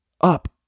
up